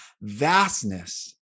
vastness